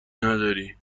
نداری